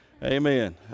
Amen